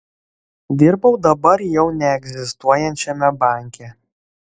dirbau dabar jau neegzistuojančiame banke